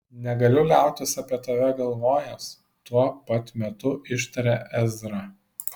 negaliu liautis apie tave galvojęs tuo pat metu ištarė ezra